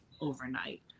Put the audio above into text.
overnight